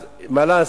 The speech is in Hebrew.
אז, מה לעשות?